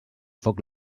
foc